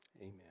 Amen